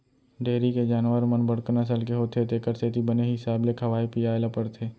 dairy के जानवर मन बड़का नसल के होथे तेकर सेती बने हिसाब ले खवाए पियाय ल परथे